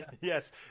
Yes